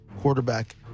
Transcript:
quarterback